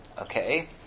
Okay